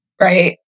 right